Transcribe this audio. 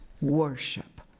worship